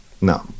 No